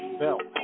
bell